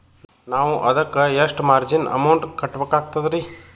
ನಾವು ಅದಕ್ಕ ಎಷ್ಟ ಮಾರ್ಜಿನ ಅಮೌಂಟ್ ಕಟ್ಟಬಕಾಗ್ತದ್ರಿ?